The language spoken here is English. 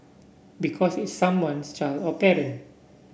because it's someone's child or parent